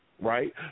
right